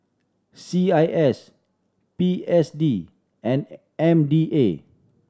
C I S P S D and M D A